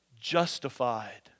justified